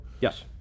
Yes